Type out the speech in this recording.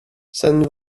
sen